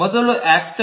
ಮೊದಲು ಯಾಕ್ಟರ್